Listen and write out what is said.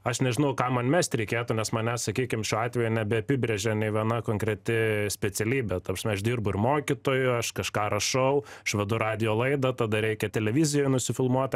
aš nežinau ką man mesti reikėtų nes manęs sakykim šiuo atveju nebeapibrėžia nei viena konkreti specialybė ta prasme aš dirbu ir mokytoju aš kažką rašau aš vedu radijo laidą tada reikia televizijoj nusifilmuot